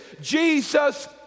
Jesus